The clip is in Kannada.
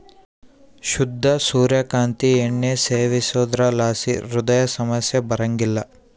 ಶುದ್ಧ ಸೂರ್ಯ ಕಾಂತಿ ಎಣ್ಣೆ ಸೇವಿಸೋದ್ರಲಾಸಿ ಹೃದಯ ಸಮಸ್ಯೆ ಬರಂಗಿಲ್ಲ